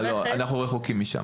לא, לא, אנחנו רחוקים משם.